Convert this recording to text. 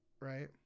right